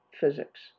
physics